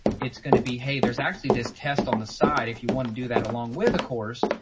it's going to be, hey, there's actually this test on the side. if you want to do that along with the course,